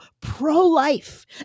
pro-life